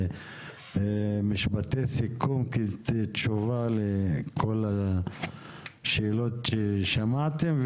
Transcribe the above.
למשפטי סיכום כתשובה לכל השאלות ששמעתם.